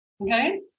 Okay